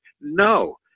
No